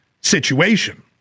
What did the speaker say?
situation